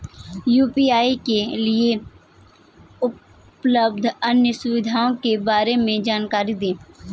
UPI के लिए उपलब्ध अन्य सुविधाओं के बारे में जानकारी दें?